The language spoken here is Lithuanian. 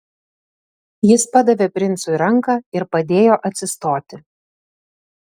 jis padavė princui ranką ir padėjo atsistoti